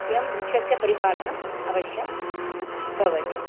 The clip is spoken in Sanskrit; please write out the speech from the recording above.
एवं वृक्षस्य परिपालनम् अवश्यं भवति